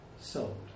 sold